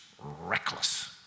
reckless